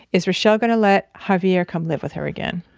is reshell gonna let javier come live with her again?